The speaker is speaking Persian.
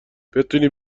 بتونی